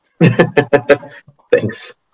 Thanks